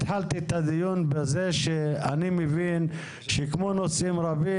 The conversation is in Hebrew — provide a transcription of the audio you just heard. אני התחלתי את הדיון בזה שאני מבין שכמו נושאים רבים,